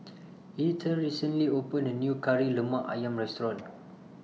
Eithel recently opened A New Kari Lemak Ayam Restaurant